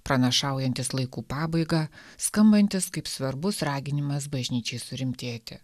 pranašaujantis laikų pabaigą skambantis kaip svarbus raginimas bažnyčiai surimtėti